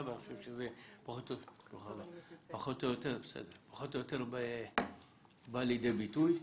ואני חושב שזה פחות או יותר בא לידי ביטוי,